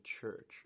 church